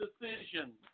decision